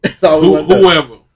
Whoever